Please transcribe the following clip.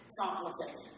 complicated